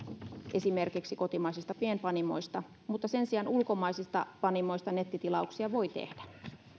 esimerkiksi kotimaisista pienpanimoista mutta sen sijaan ulkomaisista panimoista nettitilauksia voi tehdä